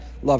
love